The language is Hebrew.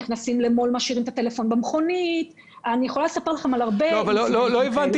אנשים משאירים את הטלפון במכונית --- לא הבנתי